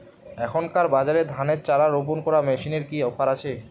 এখনকার বাজারে ধানের চারা রোপন করা মেশিনের কি অফার আছে?